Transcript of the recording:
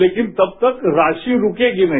लेकिन तब तक राशि रुकेगी नहीं